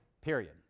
period